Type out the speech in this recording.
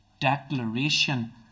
Declaration